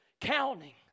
Counting